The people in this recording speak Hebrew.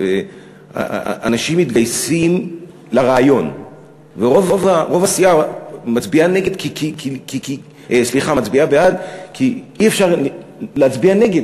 אנשים מתגייסים לרעיון ורוב הסיעה מצביעה בעד כי אי-אפשר להצביע נגד,